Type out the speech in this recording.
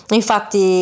infatti